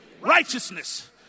righteousness